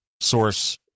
source